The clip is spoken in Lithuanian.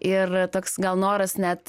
ir toks gal noras net